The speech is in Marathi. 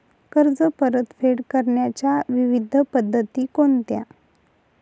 कर्ज परतफेड करण्याच्या विविध पद्धती कोणत्या?